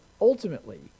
ultimately